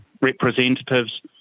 representatives